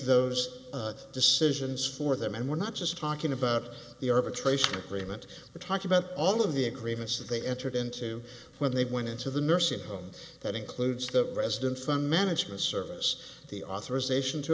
those decisions for them and we're not just talking about the arbitration agreement we're talking about all of the agreements that they entered into when they went into the nursing home that includes the resident fund management service the authorization to